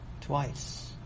Twice